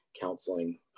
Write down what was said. counseling